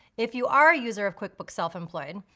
if you are a user of quickbooks self-employed,